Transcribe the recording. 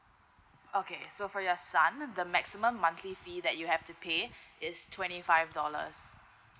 okay so for your son the maximum monthly fee that you have to pay is twenty five dollars